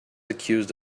accused